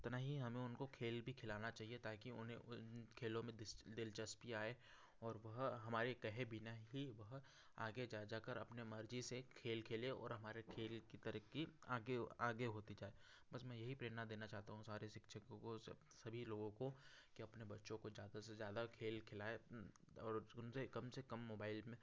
उतना ही हमें उनको खेल भी खिलाना चाहिए ताकि उन्हें खेलों में दिलचस्पी आए और वह हमारे कहे बिना ही वह आगे जा जाकर अपने मर्जी से खेल खेले और हमारे खेल की तरक्की आगे आगे होती जाए बस मैं यही प्रेरणा देना चाहता हूँ सारे शिक्षकों को सभी लोगों को कि अपने बच्चों को ज़्यादा से ज़्यादा खेल खिलाएँ और उनसे कम से कम मोबाइल में